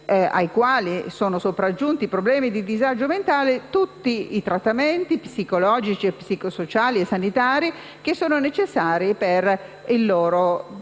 ai quali sono sopraggiunti problemi di disagio mentale tutti i trattamenti psicologici, psicosociali e sanitari necessari per il loro